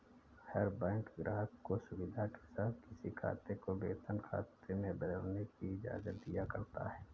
हर bank ग्राहक को सुविधा के साथ किसी खाते को वेतन खाते में बदलने की इजाजत दिया करता है